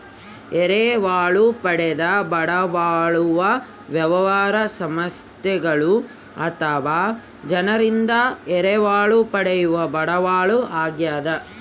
ಎರವಲು ಪಡೆದ ಬಂಡವಾಳವು ವ್ಯವಹಾರ ಸಂಸ್ಥೆಗಳು ಅಥವಾ ಜನರಿಂದ ಎರವಲು ಪಡೆಯುವ ಬಂಡವಾಳ ಆಗ್ಯದ